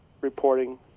reporting